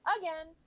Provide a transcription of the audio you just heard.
again